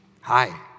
Hi